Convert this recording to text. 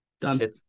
done